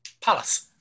Palace